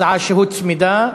הצעה שהוצמדה.